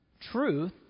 Truth